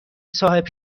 صاحب